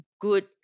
good